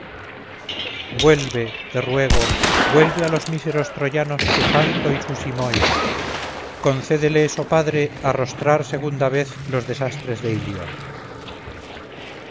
vuelve te ruego vuelve a los míseros troyanos su janto y su simois concédeles oh padre arrostrar segunda vez los desastres de ilión